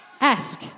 ask